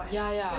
ya ya